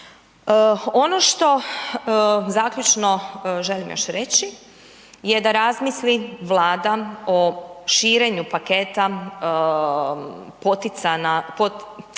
Ono što zaključno želim još reći je da razmisli Vlada o širenju paketa rješavanja stambenog pitanja